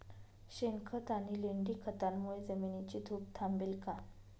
शेणखत आणि लेंडी खतांमुळे जमिनीची धूप थांबेल का?